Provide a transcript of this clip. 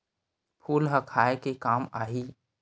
फूल ह खाये के काम आही?